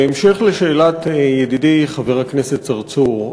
בהמשך לשאלת ידידי חבר הכנסת צרצור,